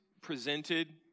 presented